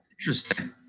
Interesting